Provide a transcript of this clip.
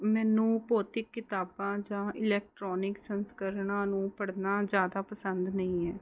ਮੈਨੂੰ ਭੌਤਿਕ ਕਿਤਾਬਾਂ ਜਾਂ ਇਲੈਕਟ੍ਰੋਨਿਕ ਸੰਸਕਰਨਾਂ ਨੂੰ ਪੜ੍ਹਨਾ ਜ਼ਿਆਦਾ ਪਸੰਦ ਨਹੀਂ ਹੈ